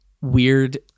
weird